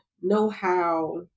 know-how